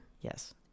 yes